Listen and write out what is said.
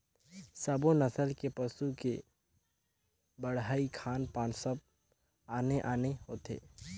सब्बो नसल के पसू के बड़हई, खान पान सब आने आने होथे